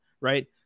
right